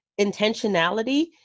intentionality